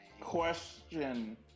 Question